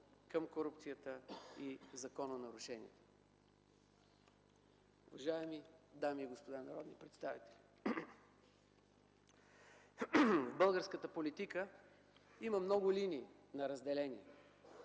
към корупцията и закононарушенията. Уважаеми дами и господа народни представители, в българската политика има много линии на разделение.